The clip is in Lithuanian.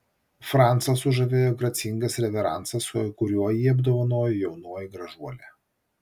francą sužavėjo gracingas reveransas kuriuo jį apdovanojo jaunoji gražuolė